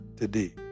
today